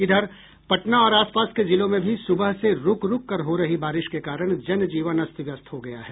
इधर पटना और आसपास के जिलों में भी सुबह से रूक रूक कर हो रही बारिश के कारण जनजीवन अस्त व्यस्त हो गया है